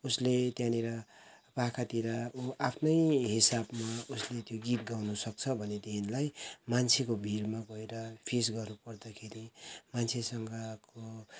उसले त्यहाँनिर पाखातिर उ आफ्नै हिसाबमा उसले त्यो गीत गाउनसक्छ भनेदेखिलाई मान्छेको भिडमा गएर फेस गर्नु पर्दाखेरि मान्छेसँगको